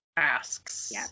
asks